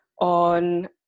on